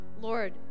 Lord